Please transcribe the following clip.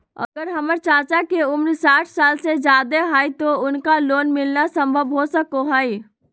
अगर हमर चाचा के उम्र साठ साल से जादे हइ तो उनका लोन मिलना संभव हो सको हइ?